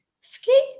ski